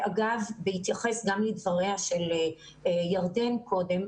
ואגב בהתייחס גם לדבריה של ירדן קודם,